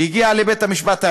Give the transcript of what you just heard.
שהגיעה לבית-המשפט העליון,